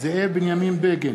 זאב בנימין בגין,